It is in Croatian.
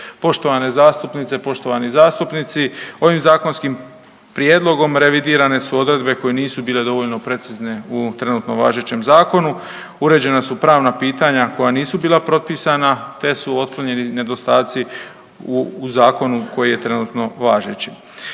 Poštovane zastupnice, poštovani zastupnici ovim zakonskim prijedlogom revidirane su odredbe koje nisu bile dovoljno precizne u ovom trenutno važećem zakonu, uređena su pravna pitanja koja nisu bila propisana te su otklonjeni nedostaci u zakonu koji je trenutno važeći.